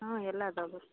ಹಾಂ ಎಲ್ಲ ಇದಾವ್ ಬನ್ರಿ